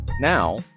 now